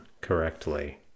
correctly